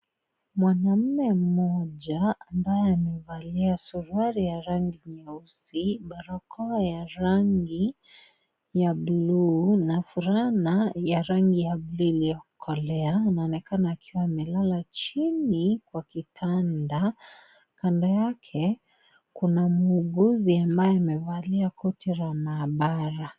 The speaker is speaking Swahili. Mwanaume mmoja ambaye amevalia suruali ya rangi nyeusi, barakoa ya rangi ya bluu na fulana ya rangi ya pinki iliokolea. Anaonekana akiwa amelala chini kwa kitanda. Kando yake kuna mhuguzi ambaye amevalia koti la maabara.